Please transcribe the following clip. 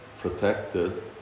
protected